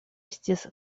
estis